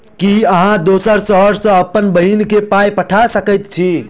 की अहाँ दोसर शहर सँ अप्पन बहिन केँ पाई पठा सकैत छी?